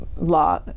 law